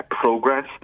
progress